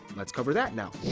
let's cover that now!